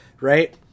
right